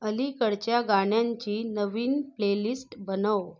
अलीकडच्या गाण्यांची नवीन प्लेलिस्ट बनव